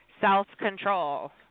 self-control